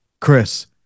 Chris